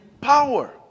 Power